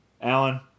alan